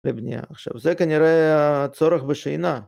לב העניין. עכשיו זה כנראה הצורך בשינה